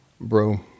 Bro